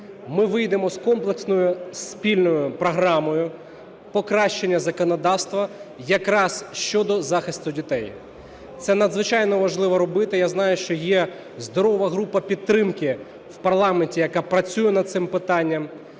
ми вийдемо з комплексною спільною програмою покращення законодавства якраз щодо захисту дітей. Це надзвичайно важливо робити. Я знаю, що є здорова група підтримки в парламенті, яка працює над цим питанням.